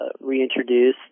reintroduce